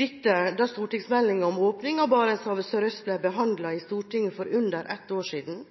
dette da stortingsmeldingen om åpning av Barentshavet sørøst ble behandlet i Stortinget for under ett år siden.